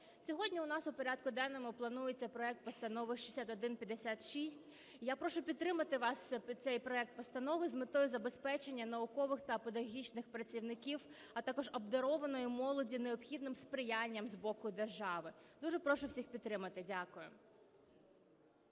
Сьогодні у нас у порядку денному планується проект Постанови 6156. Я прошу підтримати вас цей проект постанови з метою забезпечення наукових та педагогічних працівників, а також обдарованої молоді, необхідним сприянням з боку держави. Дуже прошу всіх підтримати. Дякую.